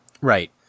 Right